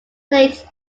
lakes